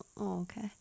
okay